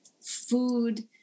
food